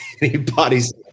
anybody's